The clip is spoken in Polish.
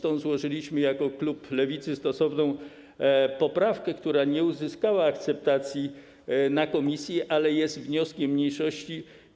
Dlatego złożyliśmy jako klub Lewicy stosowną poprawkę, która nie uzyskała akceptacji na posiedzeniu komisji, ale jest wnioskiem mniejszości.